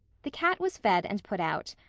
the cat was fed and put out.